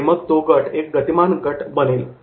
आणि मग तो गट एक गतिमान गट बनेल